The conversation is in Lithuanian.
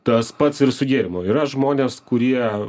tas pats ir su gėrimu yra žmonės kurie